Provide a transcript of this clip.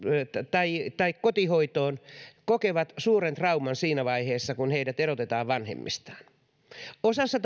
tai tai kotihoitoon kokevat suuren trauman siinä vaiheessa kun heidät erotetaan vanhemmistaan osassa